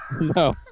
No